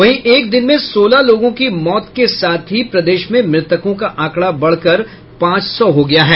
वहीं एक दिन में सोलह लोगों की मौत के साथ ही मृतकों का आंकड़ा बढ़कर पांच सौ हो गया है